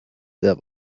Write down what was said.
sehr